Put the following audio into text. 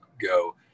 go